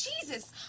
Jesus